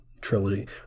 trilogy